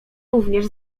również